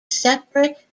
separate